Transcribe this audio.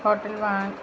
hotel വാ